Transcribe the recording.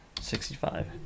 sixty-five